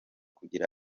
kugira